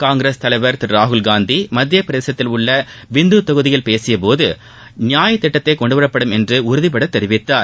காங்கிரஸ் தலைவர் திரு ராகுல்காந்தி மத்தியப்பிரதேசத்தில் உள்ள பிந்து தொகுதியில் பேசியபோது நியாய் திட்டத்தை கொண்டுவரப்படும் என்று உறுதிபட தெரிவித்தார்